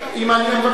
המחאה הוא לא מדבר.